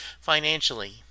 financially